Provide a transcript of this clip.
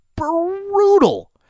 brutal